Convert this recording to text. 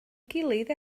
gilydd